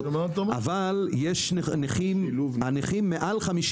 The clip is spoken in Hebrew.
5%. יש הרבה שהם עם נכות של למעלה מ-50%,